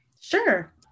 Sure